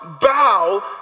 bow